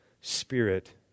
spirit